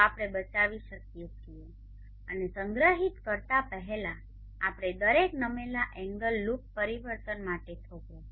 તો આ આપણે બચાવી શકીએ છીએ અને સંગ્રહિત કરતા પહેલા આપણે દરેક નમેલા એન્ગલ લૂપ પરિવર્તન માટે થોભો